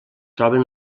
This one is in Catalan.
troben